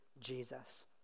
Jesus